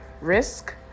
risk